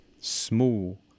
small